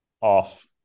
off